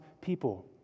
people